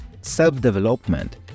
self-development